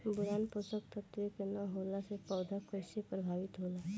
Boron पोषक तत्व के न होला से पौधा कईसे प्रभावित होला?